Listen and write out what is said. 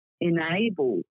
enable